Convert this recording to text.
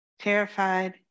Terrified